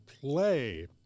play